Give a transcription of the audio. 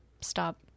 stop